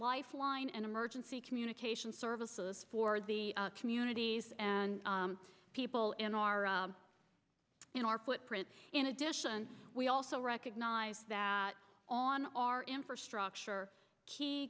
lifeline and emergency communication services for the communities and people in our in our footprint in addition we also recognize that on our infrastructure key